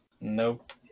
Nope